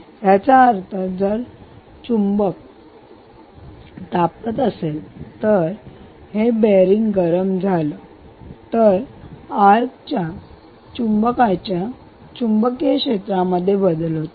याचा अर्थ जर हे चुंबक माफ करा जर हे चुंबक तापत असेल तर हे बेअरींग गरम झालं तर आर्क चुंबकाच्या चुंबकीय क्षेत्रामध्ये बदल होतील